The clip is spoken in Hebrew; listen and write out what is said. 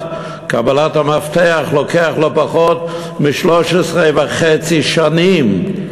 קבלת המפתח לוקח לא פחות מ-13.5 שנים,